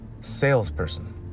salesperson